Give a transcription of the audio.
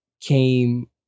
came